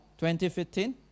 2015